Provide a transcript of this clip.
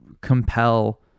compel